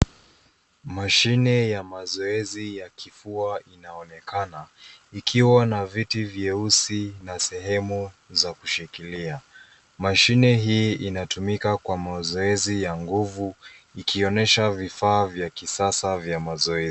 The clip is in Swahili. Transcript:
Mashine ya mazoezi ya kifua inaonekana, ikiwa na viti vyeusi na sehemu za kushikilia. Mashine hii inatumika kwa mazoezi ya nguvu ikionyesha vifaa vya kisasa vya mazoezi.